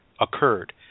occurred